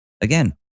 again